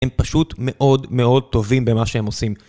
הם פשוט מאוד מאוד טובים במה שהם עושים.